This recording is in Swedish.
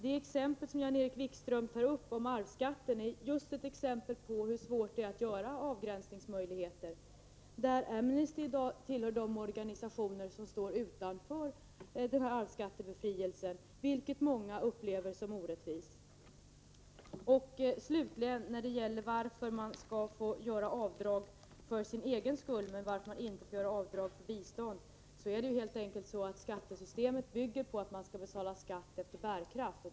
Det exempel som Jan-Erik Wikström tar upp om arvsskatten visar just hur svårt det är att göra avgränsningar. Amnesty t.ex. tillhör de organisationer som står utanför arvsskattebefrielse, vilket många upplever som orättvist. När det slutligen gäller frågan om varför människor skall få göra avdrag för sin egen skull men inte för bistånd, är det helt enkelt så att skattesystemet bygger på att man skall betala skatt efter bärkraft.